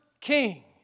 King